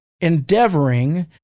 Endeavoring